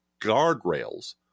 guardrails